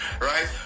Right